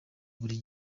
buri